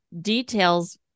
details